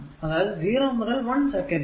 അതായതു 0 മുതൽ 1 വരെ